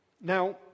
Now